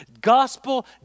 gospel